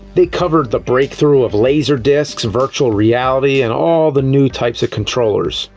they covered the breakthrough of laser discs, virtual reality, and all the new types of controllers.